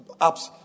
apps